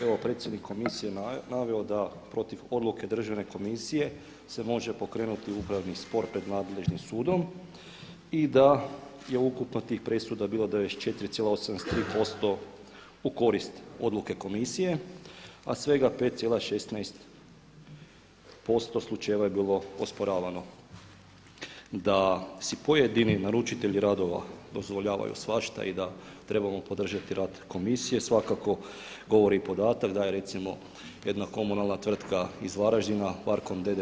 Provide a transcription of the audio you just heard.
Evo predsjednik Komisije je naveo da protiv odluke Državne komisije se može pokrenuti upravni spor pred nadležnim sudom i da je ukupno tih presuda bilo 94,83% u korist odluke Komisije, a svega 5,16% slučajeva je bilo osporavano da si pojedini naručitelji radova dozvoljavaju svašta i da trebamo podržati rad Komisije svakako govori i podatak, da je recimo jedna komunalna tvrtka iz Varaždina Varkon d.d.